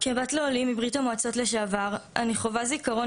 כבת לעולים מברית המועצות לשעבר אני חווה זיכרון